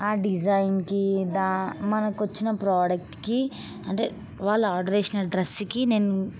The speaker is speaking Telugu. ఆ డిజైన్కి దా మనకి వచ్చిన ప్రొడక్ట్కి అంటే వాళ్ళు ఆర్డర్ చేసిన డ్రెస్సుకి నేను